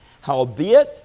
Howbeit